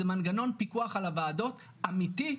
זה מנגנון פיקוח על הועדות אמיתי,